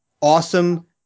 awesome